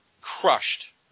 crushed